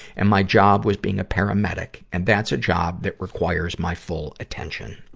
and my job was being a paramedic and that's a job that requires my full attention.